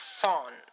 font